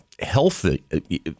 healthy